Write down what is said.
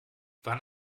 wann